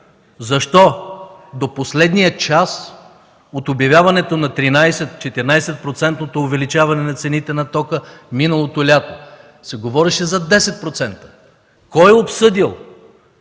Защо до последния час от обявяването на 13-14-процентното увеличаване на цените на тока миналото лято се говореше за 10%? Кой е обсъдил